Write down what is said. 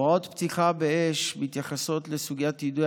הוראות פתיחה באש מתייחסות לסוגיית יידוי